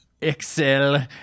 Excel